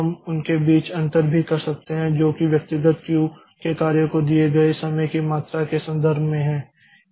हम उनके बीच अंतर भी कर सकते हैं जो व्यक्तिगत क्यू के कार्य को दिए गए समय की मात्रा के संदर्भ में हैं